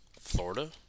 Florida